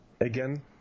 again